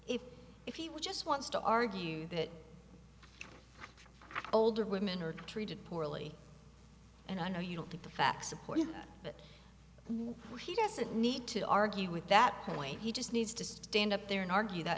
if if he just wants to argue that older women are treated poorly and i know you don't think the facts support that he doesn't need to argue with that point he just needs to stand up there and argue that